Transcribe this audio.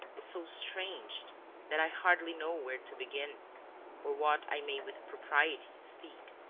is so strange that i hardly know where to begin or what i may with propriety speak.